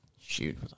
shoot